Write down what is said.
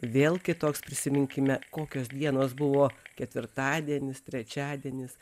vėl kitoks prisiminkime kokios dienos buvo ketvirtadienis trečiadienis